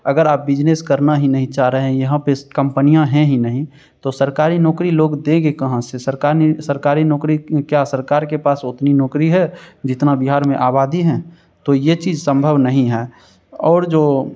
अगर आप बिजनेस करना ही नहीं चाह रहे हैं यहाँ पे कंपनियाँ है ही नहीं तो सरकारी नौकरी लोग देंगे कहाँ से सरकारी सरकारी नौकरी क्या सरकार के पास उतनी नौकरी है जितना बिहार में आबादी हैं तो ये चीज़ सम्भव नहीं है और जो